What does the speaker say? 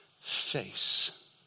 face